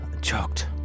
Choked